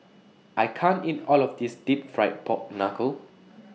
I can't eat All of This Deep Fried Pork Knuckle